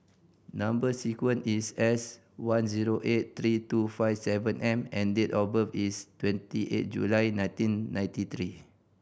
number sequence is S one zero eight three two five seven M and date of birth is twenty eight July nineteen ninety three